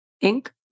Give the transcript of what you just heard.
ink